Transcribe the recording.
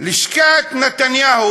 לשכת נתניהו,